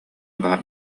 баар